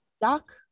doc